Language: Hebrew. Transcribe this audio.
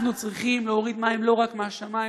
אנחנו צריכים להוריד מים לא רק מהשמיים,